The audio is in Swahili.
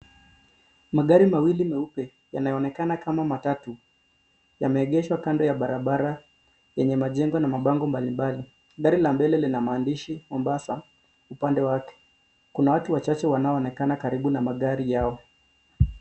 Magari mawili meupe yanaonekana kama matatu, yameegeshwa kando ya barabara yenye majengo na mabango mbalimbali. Gari la mbele lina maandishi Mombasa upande wake, kuna watu wachache wanaonekana karibu na magari yao.